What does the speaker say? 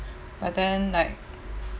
and then like